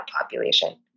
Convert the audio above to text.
population